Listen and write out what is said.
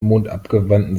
mondabgewandten